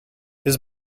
his